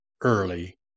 early